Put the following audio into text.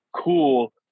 cool